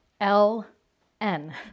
L-N